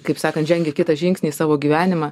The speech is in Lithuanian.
kaip sakan žengia kitą žingsnį į savo gyvenimą